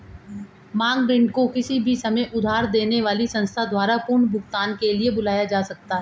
मांग ऋण को किसी भी समय उधार देने वाली संस्था द्वारा पुनर्भुगतान के लिए बुलाया जा सकता है